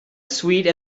suite